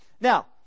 Now